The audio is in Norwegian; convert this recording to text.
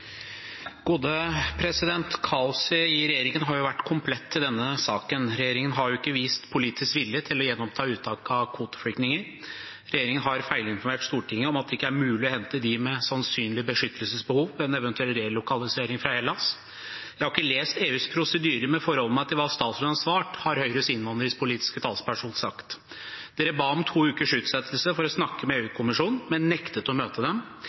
i regjeringen har jo vært komplett i denne saken. Regjeringen har ikke vist politisk vilje til å gjenoppta uttak av kvoteflyktninger. Regjeringen har feilinformert Stortinget om at det ikke er mulig å hente dem med sannsynlig beskyttelsesbehov, en eventuell relokalisering fra Hellas. Jeg har ikke lest EUs prosedyrer, men forholder meg til hva statsråden har svart, har Høyres innvandringspolitiske talsperson sagt. Regjeringen ba om to ukers utsettelse for å snakke med EU-kommisjonen, men nektet å møte dem,